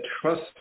trust